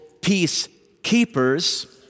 peacekeepers